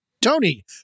Tony